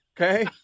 Okay